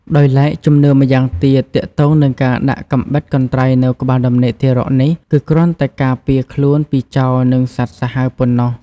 ដោយឡែកជំនឿម្យ៉ាងទៀតទាក់ទងនិងការដាក់កំបិតកន្ត្រៃនៅក្បាលដំណេកទារកនេះគឺគ្រាន់តែការពារខ្លួនពីចោរនិងសត្វសាហាវប៉ុណ្ណោះ។